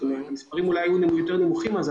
המספרים באמת היו יותר נמוכים אז,